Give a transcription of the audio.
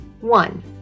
One